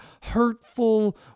hurtful